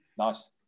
Nice